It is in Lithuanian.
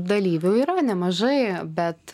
dalyvių yra nemažai bet